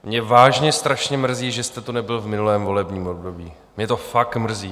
Mě vážně strašně mrzí, že jste tu nebyl v minulém volebním období, mě to fakt mrzí.